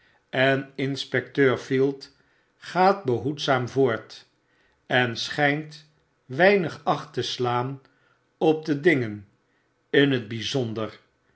en inspecteur field gaat behoedzaam voort en schpt weinigacht te slaan op de dingen in het bponder